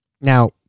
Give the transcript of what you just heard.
Now